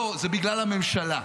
לא, זה בגלל הממשלה.